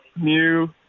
new